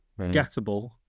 Gettable